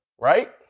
Right